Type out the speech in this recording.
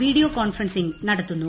video conferencing നടത്തുന്നു